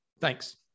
Thanks